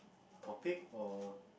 topic or